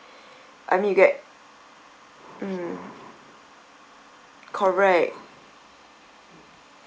I mean you get mm correct